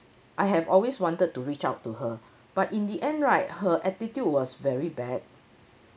I have always wanted to reach out to her but in the end right her attitude was very bad